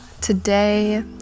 today